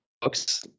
books